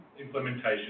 implementation